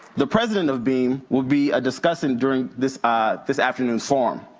the president of beam, will be discussing during this ah this afternoon's forum.